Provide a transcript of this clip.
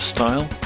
Style